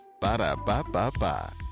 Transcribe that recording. Ba-da-ba-ba-ba